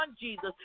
Jesus